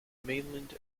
mainland